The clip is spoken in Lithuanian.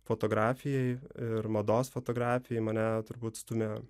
fotografijai ir mados fotografijai mane turbūt stumia